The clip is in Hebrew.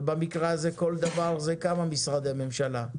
ובמקרה הזה כל דבר זה כמה משרדי ממשלה,